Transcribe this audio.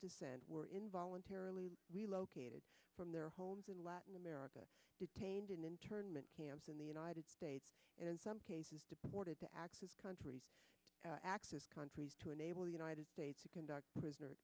descent were in voluntarily relocated from their homes in latin america detained in internment camps in the united states and in some cases deported to add country countries to enable the united states to conduct prisoner